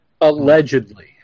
Allegedly